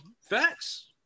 facts